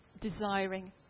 desiring